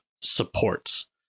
supports